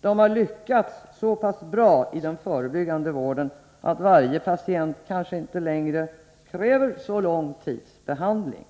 Tandläkarna har lyckats så pass bra i den förebyggande vården att varje patient kanske inte kräver så lång tids behandling.